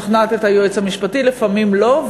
ולפעמים לא.